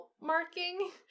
marking